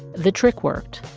the trick worked.